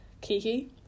Kiki